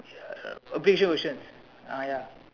uh a picture version ah ya